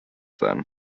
then